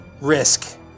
risk